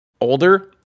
older